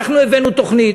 אנחנו הבאנו תוכנית.